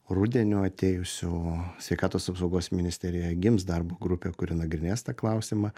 rudeniu atėjusiu sveikatos apsaugos ministerijoje gims darbo grupė kuri nagrinės tą klausimą